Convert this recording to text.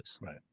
Right